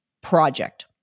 project